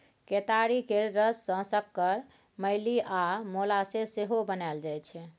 केतारी केर रस सँ सक्कर, मेली आ मोलासेस सेहो बनाएल जाइ छै